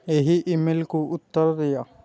ଏହି ଇମେଲ୍କୁ ଉତ୍ତର ଦିଅ